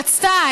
רצתה,